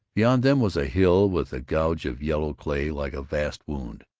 beyond them was a hill with a gouge of yellow clay like a vast wound.